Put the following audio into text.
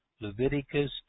Leviticus